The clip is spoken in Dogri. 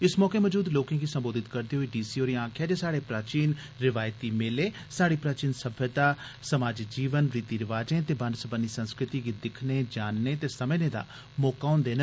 इस मौके मजूद लोकें गी संबोधत करदे होई डीसी होरें आक्खेआ जे साढ़े रिवायती मेले साढ़ी प्राचीन सम्यता समाजी जीवन रीति रिवाजें दे बन्न सबन्नी संस्कृति गी दिक्खने जानने दे समझने दा मौका होंदे न